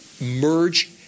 merge